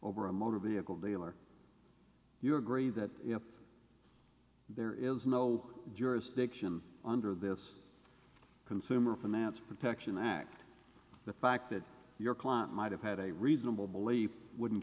over a motor vehicle dealer you agree that there is no jurisdiction under this consumer finance protection act the fact that your client might have had a reasonable belief wouldn't